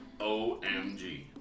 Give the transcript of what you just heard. OMG